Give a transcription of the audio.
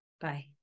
Bye